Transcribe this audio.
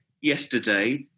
yesterday